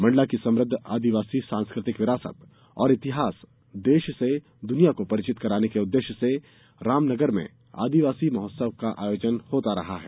मण्डला की समुद्ध आदिवासी सांस्कृतिक विरासत और इतिहास से देश दुनिया को परिचित कराने के उद्देश्य से रामनगर में आदिवासी महोत्सव का आयोजन होता रहा है